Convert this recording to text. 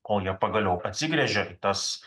o jie pagaliau atsigręžė į tas